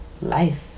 Life